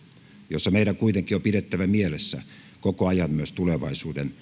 jossa meidän kuitenkin on pidettävä mielessä koko ajan myös tulevaisuuden